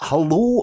Hello